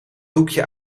doekje